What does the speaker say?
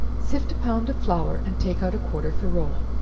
sift a pound of flour, and take out a quarter for rolling,